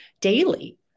daily